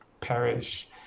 perish